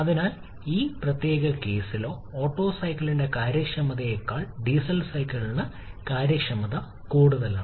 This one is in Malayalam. അതിനാൽ ഈ പ്രത്യേക കേസിലെ ഓട്ടോ സൈക്കിളിന്റെ കാര്യക്ഷമതയേക്കാൾ ഡീസലിനുള്ള കാര്യക്ഷമത കൂടുതലാണ്